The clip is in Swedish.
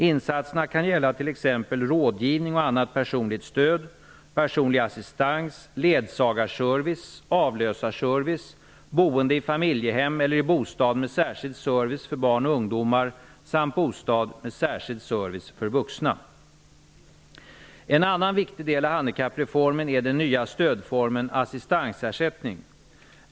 Insatserna kan gälla t.ex. rådgivning och annat personligt stöd, personlig assistans, ledsagarservice, avlösarservice, boende i familjehem eller i bostad med särskild service för barn och ungdomar samt bostad med särskild service för vuxna. En annan viktig del av handikappreformen är den nya stödformen assistansersättning.